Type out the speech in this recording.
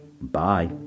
Bye